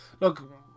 Look